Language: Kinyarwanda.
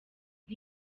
nti